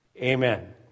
Amen